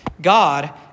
God